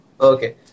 okay